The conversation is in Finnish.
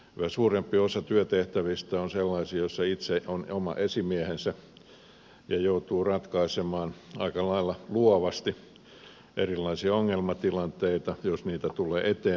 yhä suurempi osa työtehtävistä on sellaisia joissa itse on oma esimiehensä ja joutuu ratkaisemaan aika lailla luovasti erilaisia ongelmatilanteita jos niitä tulee eteen